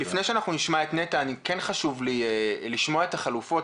לפני שנשמע את נת"ע כן חשוב לי לשמוע את החלופות.